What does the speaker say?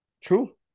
True